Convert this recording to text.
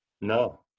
No